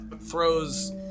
throws